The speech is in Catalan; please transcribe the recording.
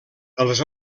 els